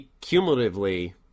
cumulatively